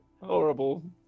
horrible